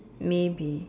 maybe